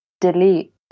delete